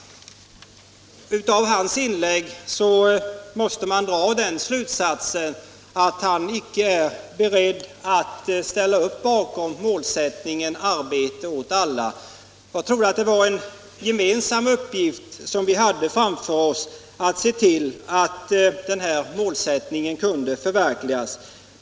Av hans inlägg måste man dra den slutsatsen att han icke är beredd att ställa upp bakom målsättningen arbete åt alla. Jag trodde att vi här hade en gemensam uppgift framför oss att se till att denna målsättning förverkligas.